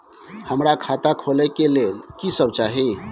हमरा खाता खोले के लेल की सब चाही?